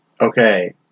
Okay